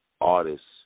artists